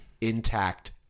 intact